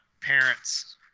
parents